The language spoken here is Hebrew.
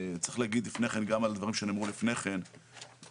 צריך להגיד גם על הדברים שנאמרו לפני כן - מבחינת